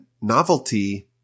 novelty